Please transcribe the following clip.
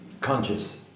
conscious